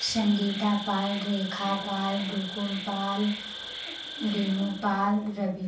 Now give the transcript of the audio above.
Sangeeta Pal Rekha Pal Rukum Pal Renu Pal Ravi Pal